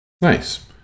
Nice